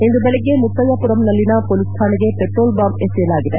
ಇಂದು ಬೆಳಗ್ಗೆ ಮುತ್ತಯ್ಕ ಪುರಂನಲ್ಲಿನ ಪೊಲೀಸ್ ಠಾಣೆಗೆ ಪೆಟ್ರೋಲ್ ಬಾಂಬ್ ಎಸೆಯಲಾಗಿದೆ